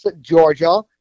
Georgia